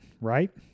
right